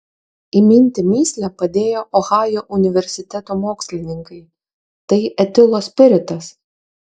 įminti mįslę padėjo ohajo universiteto mokslininkai tai etilo spiritas